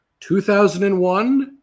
2001